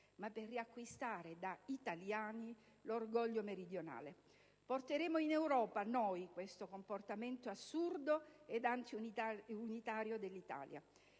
ma per riacquistare, da italiani, l'orgoglio meridionale. Porteremo noi in Europa questo comportamento assurdo e antiunitario dell'Italia